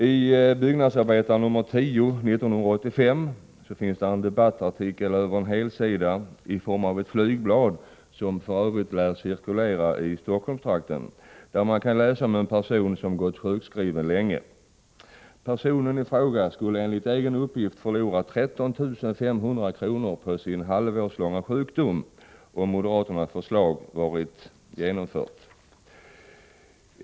I Byggnadsarbetaren nr 10 1985 finns det en debattartikel som sträcker sig över en helsida, i form av ett flygblad som för övrigt lär cirkulera i Stockholmstrakten. Det står där talat om en person som gått sjukskriven länge. Personen i fråga skulle enligt egen uppgift förlora 13 500 kr. på grund av sin halvårslånga sjukdom, om moderaternas förslag varit genomfört.